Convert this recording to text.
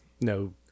no